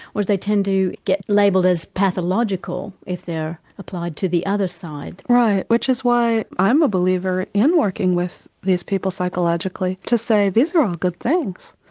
whereas they tend to get labelled as pathological if they're applied to the other side. right, which is why i'm a believer in working with these people psychologically to say, these are all good things,